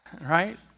Right